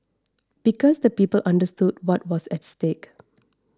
because the people understood what was at stake